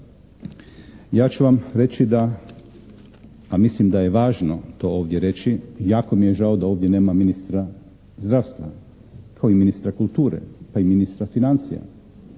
Ja ću vam reći da, a mislim da je važno to ovdje reći, jako mi je žao da ovdje nema ministra zdravstva kao i ministra kulture, pa i ministra financija